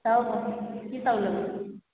तब की सब लेबय